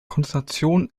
konzentration